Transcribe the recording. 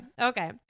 Okay